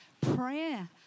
prayer